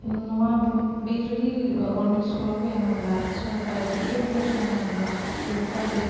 नङा बे जुदि गभर्नमेन्ट स्कुलआव फैयामोनब्ला सोरबाया जुदि इन्ट्रेस्ट दंमोनब्ला बियो प्राइभेट